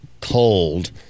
cold